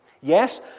Yes